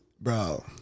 Bro